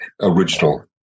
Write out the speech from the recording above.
original